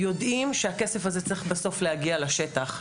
יודעים שהכסף הזה צריך בסוף להגיע לשטח,